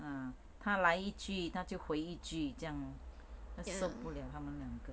ah 他来一句她就回一句这样 lor 受不了他们俩个